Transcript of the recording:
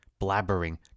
blabbering